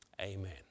Amen